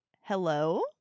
hello